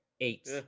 Eight